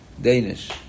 danish